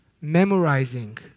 memorizing